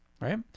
right